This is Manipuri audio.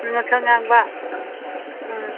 ꯉꯛꯁꯪ ꯉꯥꯡꯕ ꯑ